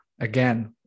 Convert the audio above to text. again